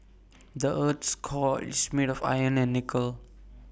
the Earth's core is made of iron and nickel